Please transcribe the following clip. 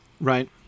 right